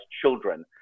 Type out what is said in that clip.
children